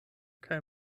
kaj